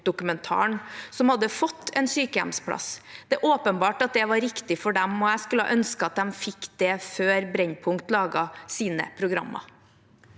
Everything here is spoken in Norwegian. Brennpunktdokumentaren, som hadde fått en sykehjemsplass. Det er åpenbart at det var riktig for dem, og jeg skulle ønske at de fikk det før Brennpunkt laget sine programmer.